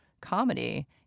comedy